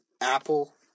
Apple